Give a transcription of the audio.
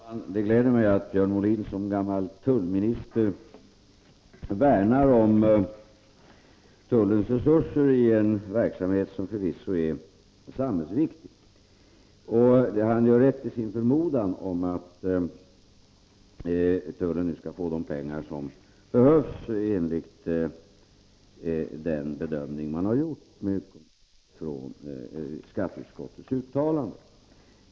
Herr talman! Det gläder mig att Björn Molin som gammal tullminister värnar om tullens resurser i en verksamhet som förvisso är samhällsviktig. Han har rätt i sin förmodan att tullen nu skall få de pengar som behövs enligt den bedömning som gjorts med utgångspunkt från skatteutskottets uttalande.